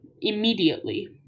immediately